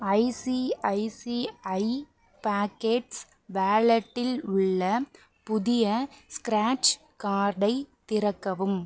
ICICI pockets வேலெட்டில் உள்ள புதிய ஸ்க்ராட்ச் கார்டை திறக்கவும்